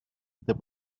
the